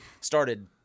started